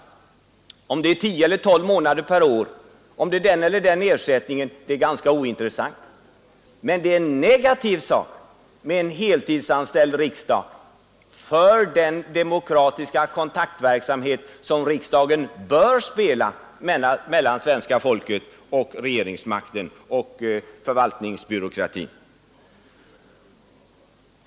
Om den sammanträder tio eller tolv månader per år, om ledamöterna får den eller den ersättningen, det är ganska ointressant, men det är en negativ sak med en heltidsanställd riksdag för den demokratiska kontaktverksamhet som riksdagen bör stå för mellan svenska folket och regeringsmakten och förvaltningsbyråkratin.